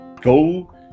go